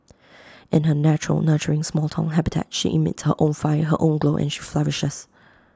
in her natural nurturing small Town habitat she emits her own fire her own glow and she flourishes